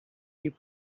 les